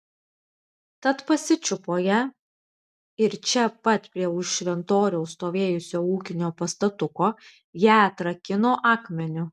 tad pasičiupo ją ir čia pat prie už šventoriaus stovėjusio ūkinio pastatuko ją atrakino akmeniu